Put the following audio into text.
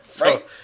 right